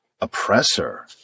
oppressor